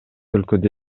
өлкөдө